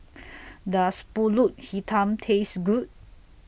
Does Pulut Hitam Taste Good